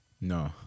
No